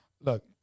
look